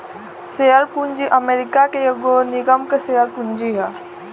share पूंजी America के एगो निगम के शेयर पूंजी ह